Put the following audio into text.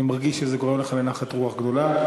אני מרגיש שזה גורם לך נחת רוח גדולה.